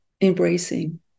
embracing